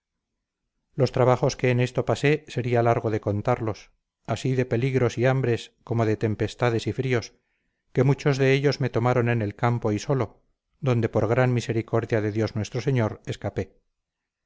los trabajos que en esto pasé sería largo de contarlos así de peligros y hambres como de tempestades y fríos que muchos de ellos me tomaron en el campo y solo donde por gran misericordia de dios nuestro señor escapé